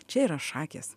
čia yra šakės